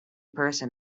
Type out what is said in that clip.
person